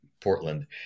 Portland